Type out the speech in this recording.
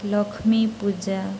Lakshmi Puja